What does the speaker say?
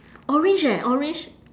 orange eh orange